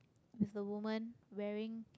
with the woman wearing